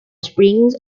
springs